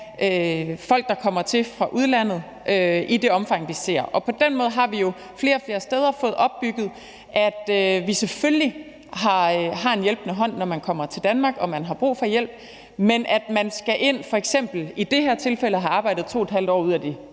folk, der kommer hertil fra udlandet i det omfang, vi ser. På den måde har vi jo flere og flere steder fået opbygget, at vi selvfølgelig tilbyder en hjælpende hånd, når man kommer til Danmark og har brug for hjælp, men at man f.eks. i det her tilfælde skal have arbejdet 2½ år ud af de